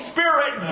Spirit